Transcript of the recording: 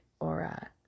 aura